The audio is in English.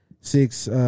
six